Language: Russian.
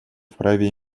вправе